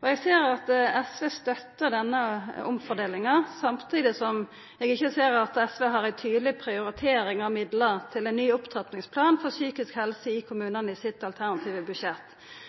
Eg ser at SV støttar denne omfordelinga, samtidig som eg ikkje ser at SV har ei tydeleg prioritering av midlar til ein ny opptrappingsplan for psykisk helse i kommunane i sitt alternative budsjett.